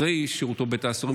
אחרי שהותו בבית הסוהר,